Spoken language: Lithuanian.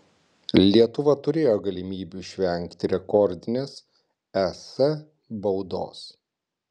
lietuva turėjo galimybių išvengti rekordinės es baudos